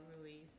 Ruiz